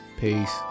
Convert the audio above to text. Peace